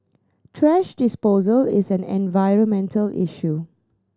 thrash disposal is an environmental issue